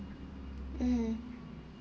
mmhmm